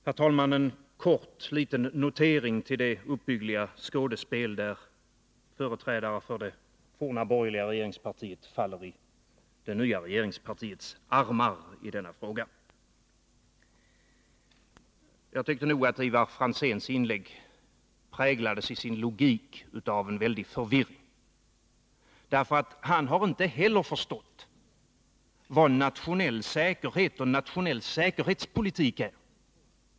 Herr talman! Bara en kort notering i anslutning till det uppbyggliga skådespel där företrädare för det forna, borgerliga regeringspartiet faller i det nya regeringspartiets armar i denna fråga. Jag tycker att Ivar Franzéns inlägg i sin logik präglades av en stor förvirring. Inte heller Ivar Franzén har nämligen förstått vad nationell säkerhet och nationell säkerhetspolitik är.